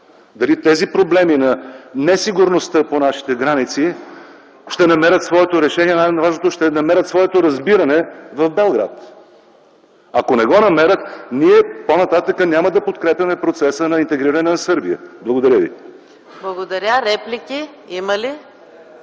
дали тези проблеми на несигурността по нашите граници ще намерят своето решение, но най-важното – ще намерят ли своето разбиране в Белград. Ако не го намерят, ние по-нататък няма да подкрепяме процеса на интегриране на Сърбия. Благодаря. ПРЕДСЕДАТЕЛ